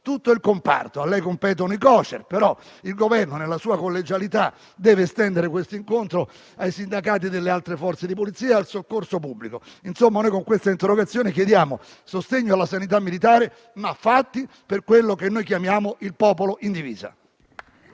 tutto il comparto. A lei compete il COCER, ma il Governo, nella sua collegialità, deve estendere questo incontro ai sindacati delle altre Forze di polizia e del soccorso pubblico. Con questa interrogazione chiediamo pertanto sostegno alla sanità militare, ma attraverso fatti, per quello che noi chiamiamo il popolo in divisa.